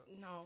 No